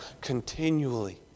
continually